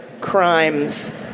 crimes